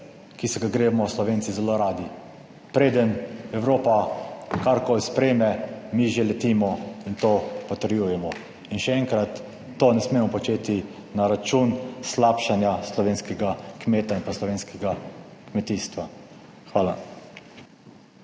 ki se ga gremo Slovenci zelo radi. Preden Evropa karkoli sprejme, mi že letimo in to potrjujemo in še enkrat, to ne smemo početi na račun slabšanja slovenskega kmeta in slovenskega kmetijstva. Hvala.